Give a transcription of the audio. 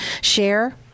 share